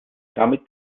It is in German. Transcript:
damit